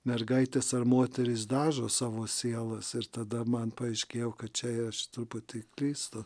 mergaitės ar moterys dažo savo sielas ir tada man paaiškėjo kad čia aš truputį klystų